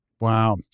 Wow